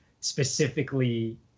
specifically